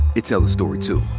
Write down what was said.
it tells a story too.